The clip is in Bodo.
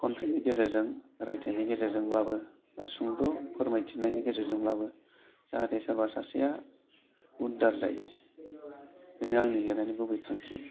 खन्थाइनि गेजेरजों रायथायनि गेजेरजोंब्लाबो सुंद' फोरमायथिनायनि गेजेरजोंब्लाबो जाहाथे सोरबा सासेया उद्धार जायो बेनो आंनि लिरनायनि गुबै थांखि